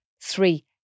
three